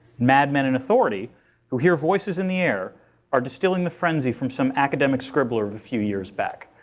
mad men in authority who hear voices in the air are distilling the frenzy from some academic scribbler of a few years back.